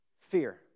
Fear